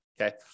okay